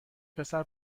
پسر